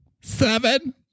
Seven